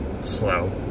slow